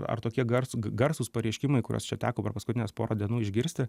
ar tokia garsu garsūs pareiškimai kuriuos čia teko per paskutines porą dienų išgirsti